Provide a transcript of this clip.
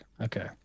okay